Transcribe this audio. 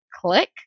click